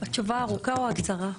התשובה הארוכה או הקצרה?